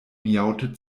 miaute